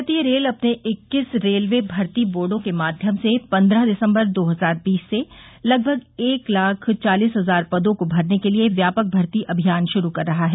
भारतीय रेल अपने इक्कीस रेलवे भर्ती बोर्ड के माध्यम से पन्द्रह दिसम्बर दो हजार बीस से लगभग एक लाख चालीस हजार पदों को भरने के लिए व्यापक भर्ती अभियान शुरू कर रहा है